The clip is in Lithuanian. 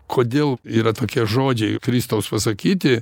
kodėl yra tokie žodžiai kristaus pasakyti